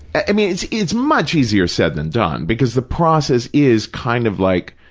i mean, it's it's much easier said than done, because the process is kind of like,